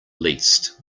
least